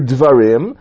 Dvarim